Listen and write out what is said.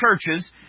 churches